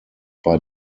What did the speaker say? bei